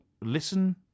listen